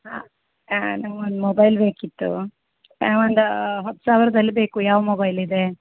ಹಾಂ ನಂಗೊಂದು ಮೊಬೈಲ್ ಬೇಕಿತ್ತು ಒಂದು ಹತ್ತು ಸಾವಿರದಲ್ ಬೇಕು ಯಾವ ಮೊಬೈಲ್ ಇದೆ